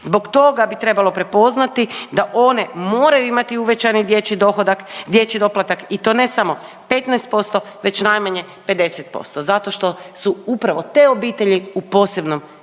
Zbog toga bi trebalo prepoznati da one moraju imati uvećani dječji dohodak, dječji doplatak i to ne samo 15% već najmanje 50% zato što su upravo te obitelji u posebnom